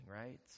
right